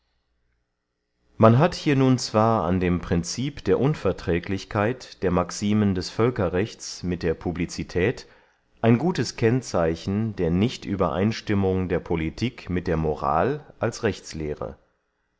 man hat hier nun zwar an dem princip der unverträglichkeit der maximen des völkerrechts mit der publicität ein gutes kennzeichen der nichtübereinstimmung der politik mit der moral als rechtslehre